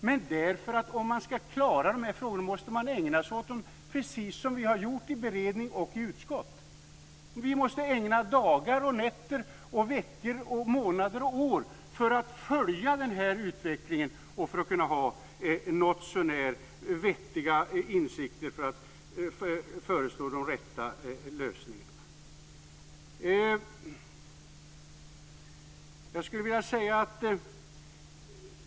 Men om man ska klara de här frågorna måste man, precis som vi har gjort i beredning och utskott, ägna sig åt dem. Man måste ägna dagar, nätter, veckor, månader och år för att följa utvecklingen och ha någotsånär vettiga insikter för att föreslå de rätta lösningarna.